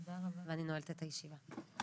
אני נועלת את הישיבה.